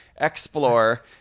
explore